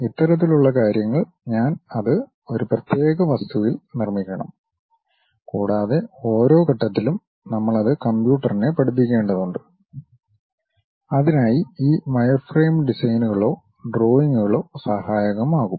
ഇത്തരത്തിലുള്ള കാര്യങ്ങൾ ഞാൻ അത് ഒരു പ്രത്യേക വസ്തുവിൽ നിർമ്മിക്കണം കൂടാതെ ഓരോ ഘട്ടത്തിലും നമ്മൾ അത് കമ്പ്യൂട്ടറിനെ പഠിപ്പിക്കേണ്ടതുണ്ട് അതിനായി ഈ വയർഫ്രെയിം ഡിസൈനുകളോ ഡ്രോയിംഗുകളോ സഹായകമാകും